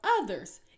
others